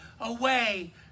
away